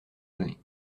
données